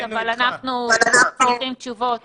אבל אנחנו צריכים תשובות